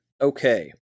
Okay